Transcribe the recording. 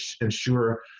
ensure